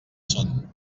són